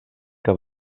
que